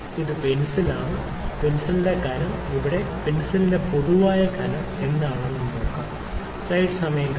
ഇത് പെൻസിലാണ് പെൻസിലിന്റെ കനം ഇവിടെ പെൻസിലിന്റെ പൊതുവായ കനം എന്താണ് നോക്കാം